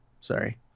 Sorry